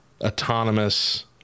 Autonomous